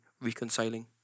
reconciling